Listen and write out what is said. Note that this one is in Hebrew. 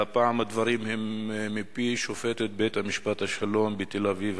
והפעם הדברים הם מפי שופטת בית-משפט השלום בתל-אביב,